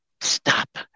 stop